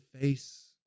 face